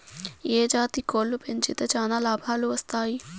ఏ జాతి కోళ్లు పెంచితే చానా లాభాలు వస్తాయి?